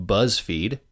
BuzzFeed